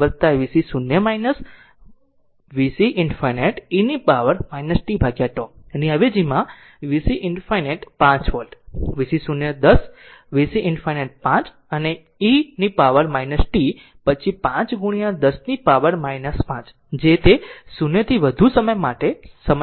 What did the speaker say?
vc 0 vc ∞ e power t τ અવેજી vc ∞ 5 volt vc 0 10 vc ∞ 5 અને e power t પછી 5 ગુણ્યા 10 પાવર 5 જે તે 0 થી વધુ સમય માટે સમય અચળાંક છે